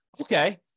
Okay